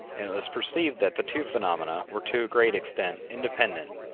and it was perceived that the two phenomena were to a great extent independent.